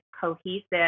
cohesive